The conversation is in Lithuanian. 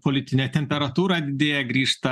politinė temperatūra didėja grįžta